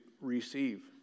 receive